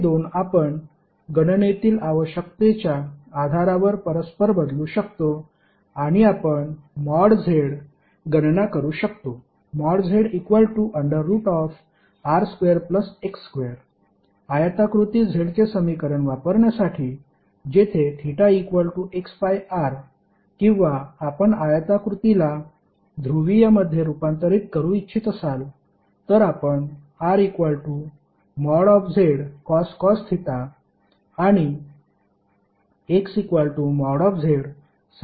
हे दोन आपण गणनेतील आवश्यकतेच्या आधारावर परस्पर बदलू शकतो आणि आपण Z गणना करू शकतो ZR2X2 आयताकृती Z चे समीकरण वापरण्यासाठी जेथे θXR किंवा आपण आयताकृतीला ध्रुवीयमध्ये रूपांतरित करू इच्छित असाल तर आपण RZcos θ आणि XZsin θ म्हणू शकतो